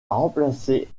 remplacer